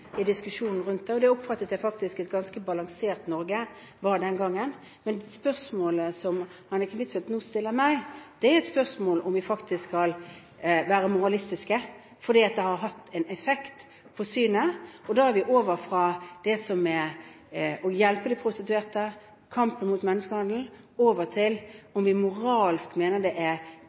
i diskusjonen rundt dette. Det oppfattet jeg faktisk at et ganske balansert Norge var den gangen. Men spørsmålet som Anniken Huitfeldt nå stiller meg, er et spørsmål om vi faktisk skal være moralistiske, for dette har hatt en effekt på det synet. Da er vi over fra det som er å hjelpe de prostituerte, kampen mot menneskehandel, til om vi moralsk mener det er